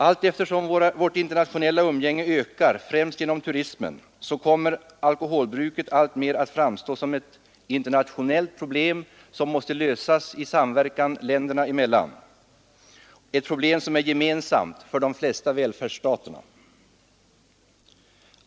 Allteftersom vårt internationella umgänge, främst genom turismen, ökar kommer alkoholbruket alltmer att framstå som ett internationellt problem vilket måste lösas i samverkan länderna emellan — det är ett gemensamt problem för de flesta välfärdsstater.